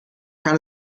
kann